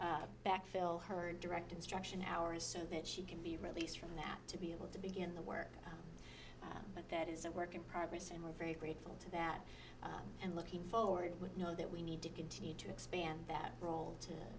fill her direct instruction hours so that she can be released from that to be able to begin the work but that is a work in progress and we're very grateful to that and looking forward would know that we need to continue to expand that role to